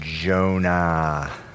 Jonah